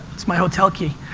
it's my hotel key.